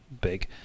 big